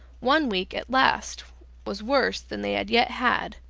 one week at last was worse than they had yet had.